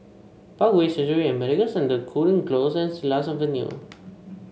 Parkway Surgery and Medical Centre Cooling Close and Silat Avenue